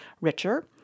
richer